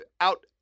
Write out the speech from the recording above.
Out